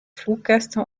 fluggäste